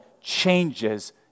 changes